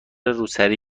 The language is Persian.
روسری